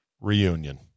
reunion